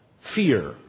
fear